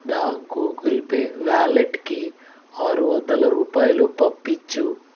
నా Google Pay వ్యాలెట్కి ఆరు వందల రూపాయలు పంపించుము